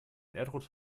erdrutsch